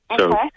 Okay